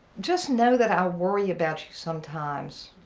just know that i worry about you, sometimes.